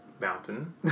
Mountain